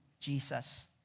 Jesus